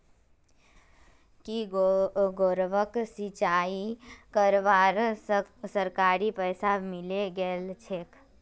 की गौरवक सिंचाई करवार सरकारी पैसा मिले गेल छेक